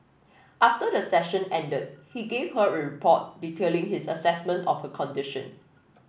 after the session ended he gave her a report detailing his assessment of her condition